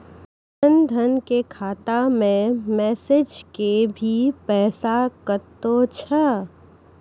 जन धन के खाता मैं मैसेज के भी पैसा कतो छ?